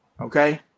Okay